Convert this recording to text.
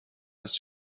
است